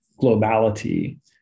globality